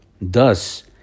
Thus